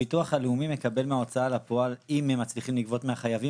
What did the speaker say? הביטוח הלאומי מקבל מההוצאה לפועל אם הם מצליחים לגבות מהחייבים,